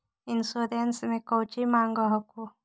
Insurance मे कौची माँग हको?